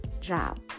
job